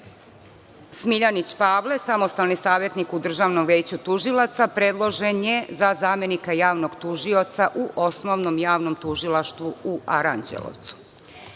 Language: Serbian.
Nišu. Smiljanić Pavle, samostalni savetnik u Državnom veću tužilaca, predložen je za zamenika Javnog tužioca u Osnovnom javnom tužilaštvu u Aranđelovcu. Kad